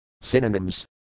Synonyms